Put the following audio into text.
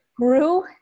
grew